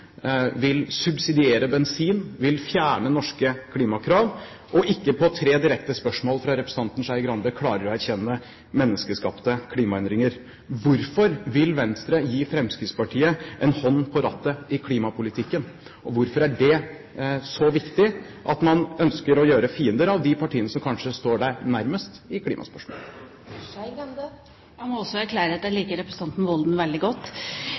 vil subsidiere bensin, vil fjerne norske klimakrav, og ikke på tre direkte spørsmål fra representanten Skei Grande klarer å erkjenne menneskeskapte klimaendringer. Hvorfor vil Venstre gi Fremskrittspartiet en hånd på rattet i klimapolitikken? Hvorfor er det så viktig at man ønsker å gjøre til fiender de partiene som kanskje står dere nærmest i klimaspørsmålet? Jeg må også erklære at jeg liker representanten Serigstad Valen veldig godt,